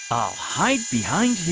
hide behind